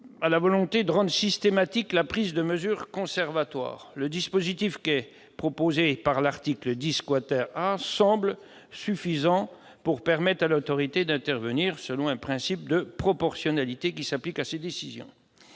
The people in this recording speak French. est inutile de rendre systématique la prise de mesures conservatoires. Le dispositif proposé par l'article 10 A semble suffisant pour permettre à l'Autorité de la concurrence d'intervenir, selon un principe de proportionnalité qui s'applique à ses décisions.